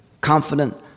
confident